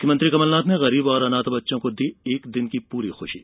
मुख्यमंत्री कमलनाथ ने गरीब और अनाथ बच्चों को दी एक दिन की पूरी खुशी